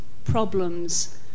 Problems